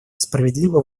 справедливо